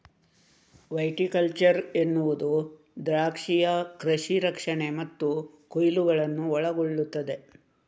viticulture ಎನ್ನುವುದು ದ್ರಾಕ್ಷಿಯ ಕೃಷಿ ರಕ್ಷಣೆ ಮತ್ತು ಕೊಯ್ಲುಗಳನ್ನು ಒಳಗೊಳ್ಳುತ್ತದೆ